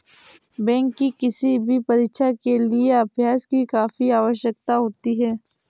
bank की किसी भी परीक्षा के लिए अभ्यास की काफी आवश्यकता होती है